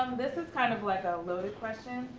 um this is kind of like ah a loaded question,